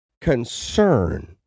concern